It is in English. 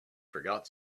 forgot